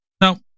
Now